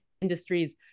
industries